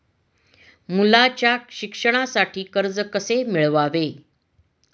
मुलाच्या शिक्षणासाठी कर्ज कसे मिळवावे?